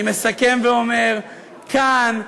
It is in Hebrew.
אני מסכם ואומר: כאן,